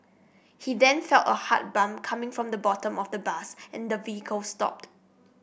he then felt a hard bump coming from the bottom of the bus and the vehicle stopped